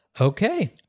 Okay